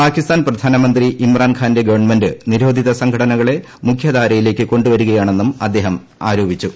പാകിസ്ഥാൻ പ്രധാനമന്ത്രി ഇമ്രാൻ ഖാന്റെഗവൺമെന്റ് നിരോധിത സംഘടനകളെ മുഖ്യധാരയിലേക്ക് കൊണ്ടുവരുകയാണെന്നും അദ്ദേഹം ആരോപിച്ചു